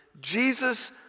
Jesus